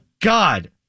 God